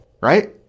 Right